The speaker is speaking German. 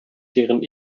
deren